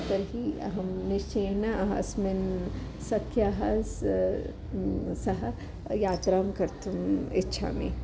तर्हि अहं निश्चयेन अस्मिन् सख्याः स सह यात्रां कर्तुम् इच्छामि